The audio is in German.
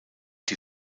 die